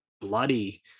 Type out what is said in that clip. bloody